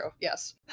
yes